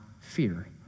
fear